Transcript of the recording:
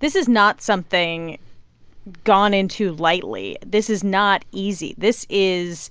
this is not something gone into lightly. this is not easy this is